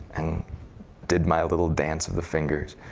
and did my little dance of the fingers.